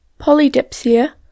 polydipsia